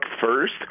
first